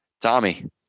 Tommy